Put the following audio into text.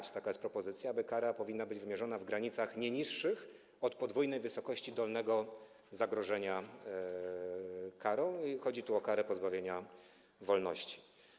Jest taka propozycja, że kara powinna być wymierzona w granicach nie niższych od podwójnej wysokości dolnego zagrożenia karą, chodzi tu o karę pozbawienia wolności.